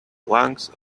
lungs